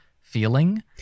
feeling